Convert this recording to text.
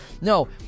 No